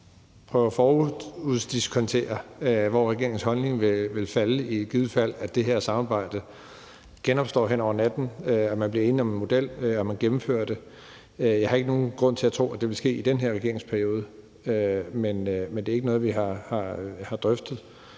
prøve at foruddiskontere, hvor regeringens holdning vil falde, i fald at det her samarbejde genopstår hen over natten og man bliver enig om en model og gennemfører det. Jeg har ikke nogen grund til at tro, at det vil ske i den her regeringsperiode. Det er ikke noget, vi har drøftet.